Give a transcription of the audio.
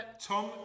Tom